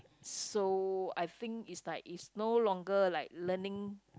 so I think it's like it's no longer like learning